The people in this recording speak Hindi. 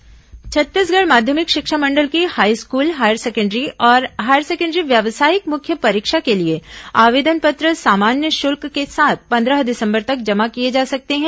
माशिमं आवेदन पत्र छत्तीसगढ़ माध्यमिक शिक्षा मण्डल की हाईस्कूल हायर सेकेण्डरी और हायर सेकेण्डरी व्यावसायिक मुख्य परीक्षा के लिए आवेदन पत्र सामान्य शुल्क के साथ पंद्रह दिसंबर तक जमा किए जा सकते हैं